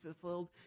fulfilled